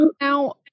Now